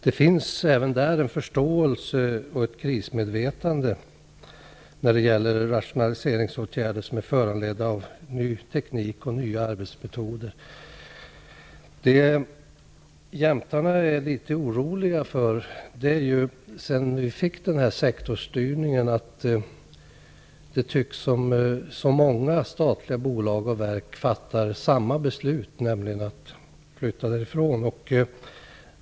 Det finns även där en förståelse och ett krismedvetande när det gäller rationaliseringsåtgärder som är föranledda av ny teknik och nya arbetsmetoder. Det jämtarna är litet oroliga för är att det sedan vi fick den här sektorsstyrningen tycks som om många statliga bolag och verk fattar samma beslut, nämligen att flytta därifrån.